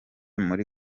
muri